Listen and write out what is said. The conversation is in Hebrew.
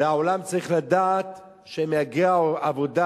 והעולם צריך לדעת שהם מהגרי עבודה,